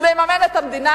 הוא מממן את המדינה,